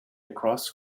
across